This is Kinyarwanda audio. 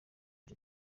jay